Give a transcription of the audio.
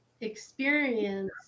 experience